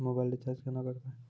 Mobile recharge केना करबै?